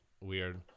weird